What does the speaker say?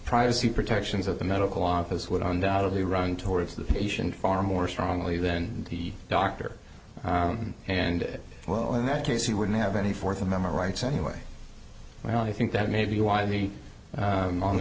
privacy protections of the medical office would undoubtedly run towards the patient far more strongly than the doctor and well in that case you wouldn't have any fourth amendment rights anyway when i think that may be why the on the